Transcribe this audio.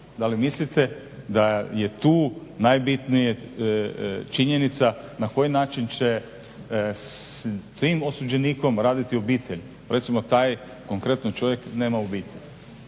Da li mislite da li je tu najbitnija činjenica na koji način će s tim osuđenikom raditi obitelj, recimo taj konkretno čovjek nema obitelj.